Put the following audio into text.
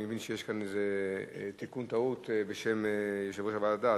אני מבין שיש כאן תיקון טעות בשם יושב-ראש הוועדה,